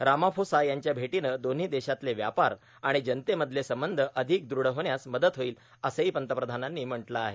Ramaphosa यांच्या भेटांनं दोन्ही देशातले व्यापार आर्माण जनतेमधले संबंध अर्माधक दृढ होण्यास मदत होईल असंही पंतप्रधानांनी म्हटलं आहे